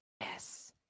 Yes